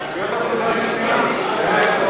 קבלת החלטות בעניין שיש בו